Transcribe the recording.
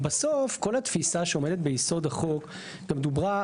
בסוף כל התפיסה שעומדת ביסוד החוק גם דוברה,